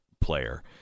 player